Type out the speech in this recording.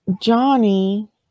Johnny